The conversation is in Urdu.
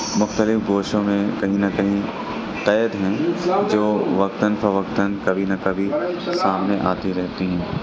مختلف گوشوں میں کہیں نہ کہیں قید ہیں جو وقتاً فوقتاً کبھی نہ کبھی سامنے آتی رہتی ہیں